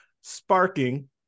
sparking